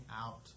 out